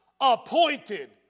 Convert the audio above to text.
appointed